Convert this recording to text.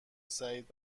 سعید